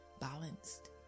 balanced